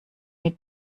mit